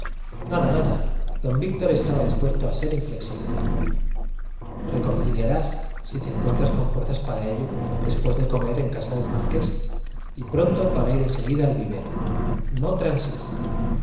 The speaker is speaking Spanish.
nada nada don víctor estaba dispuesto a ser inflexible reconciliarás si te encuentras con fuerzas para ello después de comer en casa del marqués y pronto para ir en seguida al vivero no transijo